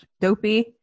Dopey